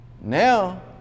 Now